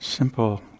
Simple